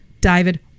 David